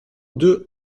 deux